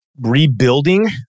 rebuilding